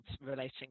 relating